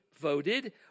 voted